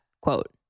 quote